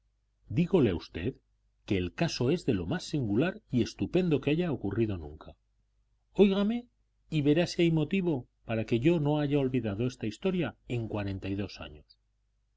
a usted que el caso es de lo más singular y estupendo que haya ocurrido nunca óigame y verá si hay motivo para que yo no haya olvidado esta historia en cuarenta y dos años